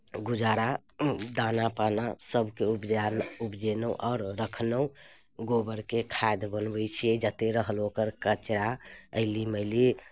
गुजारा दाना पाना सभके उपजा लेलहुँ उपजेलहुँ ओर रखलहुँ गोबरके खाद बनबै छियै जतेक रहल ओकर कचरा ऐली मैली